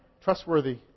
trustworthy